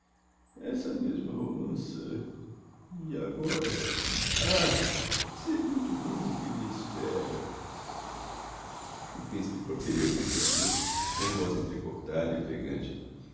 essa mesma romança e agora ah sei muito bem o que me espera o principe proferiu aquella discurso em voz entrecortada e offegante